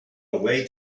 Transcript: away